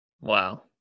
Wow